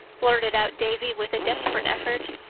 blurted out davy, with a desperate effort.